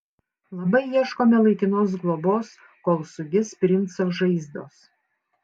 labai ieškome laikinos globos kol sugis princo žaizdos